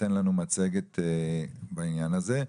תיתן לנו מצגת בעניין הזה.